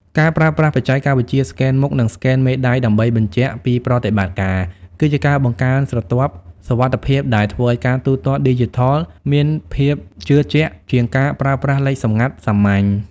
ការប្រើប្រាស់បច្ចេកវិទ្យាស្កែនមុខ និងស្កែនមេដៃដើម្បីបញ្ជាក់ពីប្រតិបត្តិការ គឺជាការបង្កើនស្រទាប់សុវត្ថិភាពដែលធ្វើឱ្យការទូទាត់ឌីជីថលមានភាពជឿជាក់ជាងការប្រើប្រាស់លេខសម្ងាត់សាមញ្ញ។